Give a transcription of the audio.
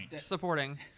supporting